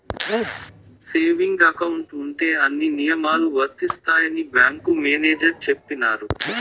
saving account ఉంటే అన్ని నియమాలు వర్తిస్తాయని బ్యాంకు మేనేజర్ చెప్పినారు